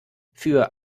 für